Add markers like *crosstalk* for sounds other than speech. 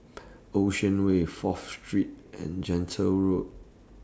*noise* Ocean Way Fourth Street and Gentle Road